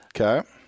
Okay